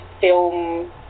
film